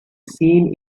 seen